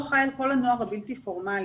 הוא אחראי על כל הנוער הבלתי פורמלי,